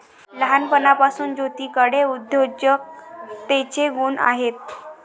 लहानपणापासून ज्योतीकडे उद्योजकतेचे गुण आहेत